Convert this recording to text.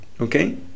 okay